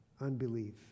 unbelief